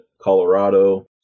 Colorado